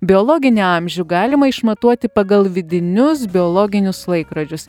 biologinį amžių galima išmatuoti pagal vidinius biologinius laikrodžius